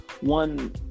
one